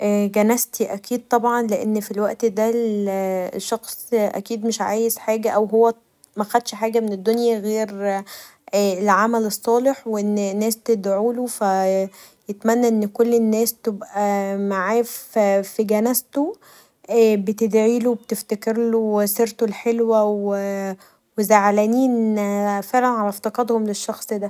جنازتي اكيد طبعا لان في الوقت دا الشخص اكيد مش عايز حاجه او هو مخدتش حاجه من الدنيا غير العمل الصالح و الناس تدعيلو فيتمني ان كل الناس تبقي معاه في جنازته و بتدعيلو و بتفتكرلو سيرتو الحلوه و زعلانين فعلا علي افتقادهم للشخص دا